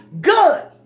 good